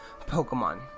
Pokemon